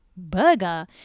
burger